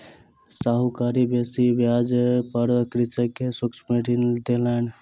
साहूकार बेसी ब्याज पर कृषक के सूक्ष्म ऋण देलैन